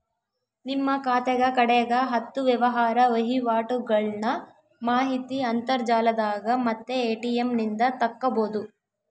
ನಿಮ್ಮ ಖಾತೆಗ ಕಡೆಗ ಹತ್ತು ವ್ಯವಹಾರ ವಹಿವಾಟುಗಳ್ನ ಮಾಹಿತಿ ಅಂತರ್ಜಾಲದಾಗ ಮತ್ತೆ ಎ.ಟಿ.ಎಂ ನಿಂದ ತಕ್ಕಬೊದು